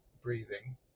breathing